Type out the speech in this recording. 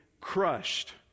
crushed